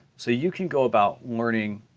so you can go about learning